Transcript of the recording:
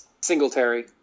Singletary